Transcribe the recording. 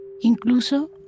Incluso